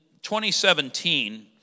2017